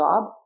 job